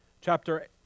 Chapter